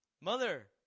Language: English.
Mother